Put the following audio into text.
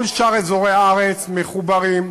כל שאר אזורי הארץ מחוברים,